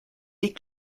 des